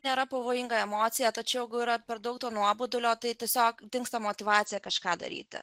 nėra pavojinga emocija tačiau gal yra per daug to nuobodulio tai tiesiog dingsta motyvacija kažką daryti